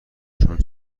شون